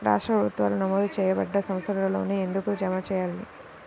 రాష్ట్ర ప్రభుత్వాలు నమోదు చేయబడ్డ సంస్థలలోనే ఎందుకు జమ చెయ్యాలి?